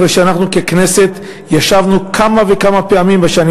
אחרי שאנחנו ככנסת ישבנו כמה וכמה פעמים בשנים